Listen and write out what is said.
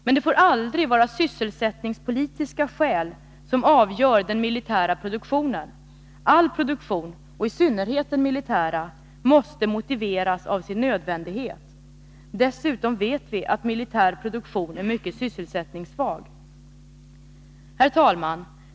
Men det får aldrig vara sysselsättningspolitiska skäl som avgör den militära produktionen. All produktion, och i synnerhet den militära, måste motiveras av sin nödvändighet. Dessutom vet vi att militär produktion är mycket sysselsättningssvag. Herr talman!